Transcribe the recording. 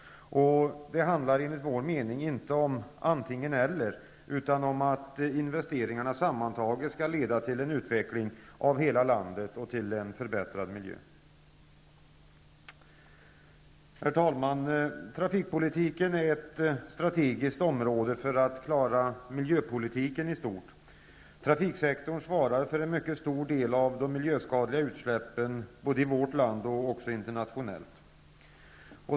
Det handlar enligt vår mening inte om antingen/eller, utan om att investeringarna sammantaget skall leda till en utveckling av hela landet och till förbättrad miljö. Herr talman! Trafikpolitiken är ett strategiskt område för att klara miljöpolitiken i stort. Trafiksektorn svarar för en mycket stor del av de miljöskadliga utsläppen både i vårt land och internationellt.